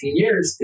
years